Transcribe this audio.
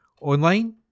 online